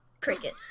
Cricket